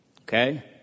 Okay